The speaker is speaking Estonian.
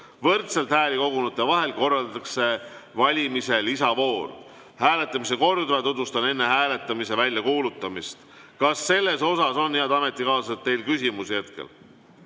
Võrdselt hääli kogunute vahel korraldatakse valimiste lisavoor. Hääletamise korda tutvustan enne hääletamise väljakuulutamist. Kas selle kohta on teil, head ametikaaslased, küsimusi?